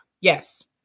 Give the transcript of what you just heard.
yes